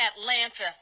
Atlanta